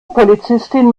polizistin